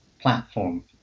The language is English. platform